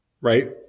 right